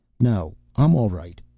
no, i'm all right.